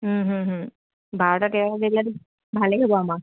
বাৰটা তেৰটো দিলে ভালেই হ'ব আমাৰ